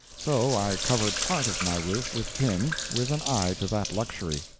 so i covered part of my roof with tin, with an eye to that luxury.